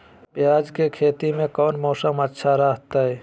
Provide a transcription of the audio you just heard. प्याज के खेती में कौन मौसम अच्छा रहा हय?